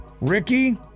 Ricky